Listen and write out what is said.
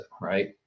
Right